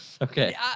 Okay